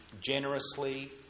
generously